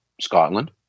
Scotland